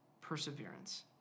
perseverance